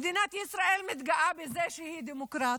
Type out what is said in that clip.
מדינת ישראל מתגאה בזה שהיא דמוקרטית,